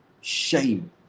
Shame